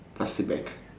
plastic bag